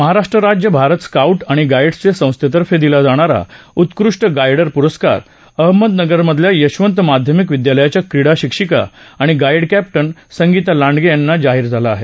महाराष्ट्र राज्य भारत स्काऊट आणि गाईडस संस्थेतर्फे दिला जाणारा उत्कृष्ठ गाईड पुरस्कार अहमदनगरमधल्या यशवंत माध्यमिक विद्यालयाच्या क्रीडा शिक्षिका आणि गाईड कॅप्टन संगीता लांडगे यांना जाहीर झाला आहे